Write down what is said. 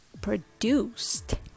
produced